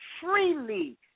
freely